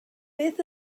beth